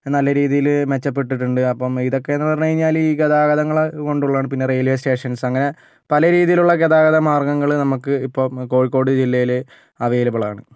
നല്ല രീതിയിൽ മെച്ചപ്പെട്ടിട്ടുണ്ട് അപ്പം ഇതൊക്കെയെന്ന് പറഞ്ഞ് കഴിഞ്ഞാൽ ഈ ഗതാഗതങ്ങൾ കൊണ്ടുള്ളതാണ് പിന്നെ റെയിൽവേ സ്റ്റേഷൻ അങ്ങനെ പല രീതിയിലുള്ള ഗതാഗത മാർഗ്ഗങ്ങൾ നമുക്ക് ഇപ്പോൾ കോഴിക്കോട് ജില്ലയിൽ അവൈലബിളാണ്